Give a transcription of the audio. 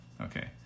Okay